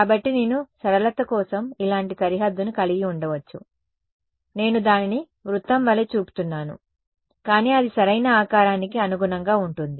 కాబట్టి నేను సరళత కోసం ఇలాంటి సరిహద్దుని కలిగి ఉండవచ్చు నేను దానిని వృత్తం వలె చూపుతున్నాను కానీ అది సరైన ఆకారానికి అనుగుణంగా ఉంటుంది